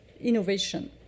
innovation